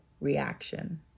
reaction